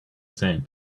sand